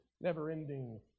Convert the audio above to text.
never-ending